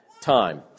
time